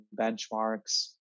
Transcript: benchmarks